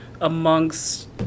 amongst